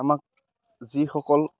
আমাক যিসকল